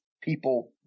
people –